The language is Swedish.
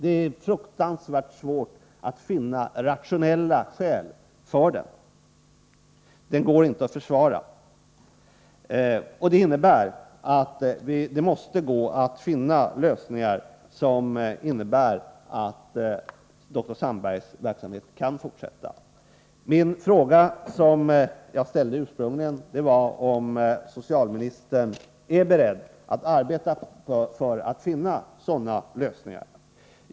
Det är fruktansvärt svårt att finna rationella skäl för den. Den går inte att försvara. Det måste gå att finna lösningar som innebär att dr Sandbergs verksamhet kan fortsätta. Den fråga jag ursprungligen ställde var om socialministern är beredd att arbeta för att finna sådana lösningar.